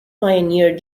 pioneered